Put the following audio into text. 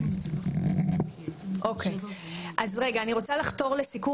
אני רוצה לחתור לסיכום,